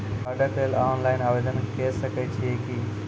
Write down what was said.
कार्डक लेल ऑनलाइन आवेदन के सकै छियै की?